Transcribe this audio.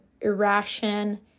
irration